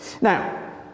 Now